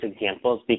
examples